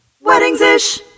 Weddings-ish